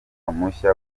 mushya